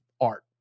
art